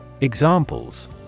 Examples